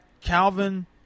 Calvin